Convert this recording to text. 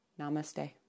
Namaste